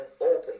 open